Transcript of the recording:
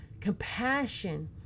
compassion